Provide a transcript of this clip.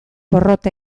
porrot